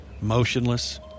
motionless